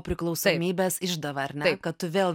priklausomybės išdava ar ne kad tu vėl